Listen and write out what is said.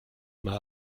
m’a